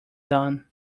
done